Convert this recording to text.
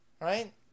right